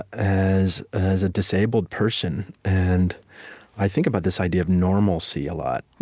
as as a disabled person. and i think about this idea of normalcy a lot.